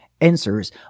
answers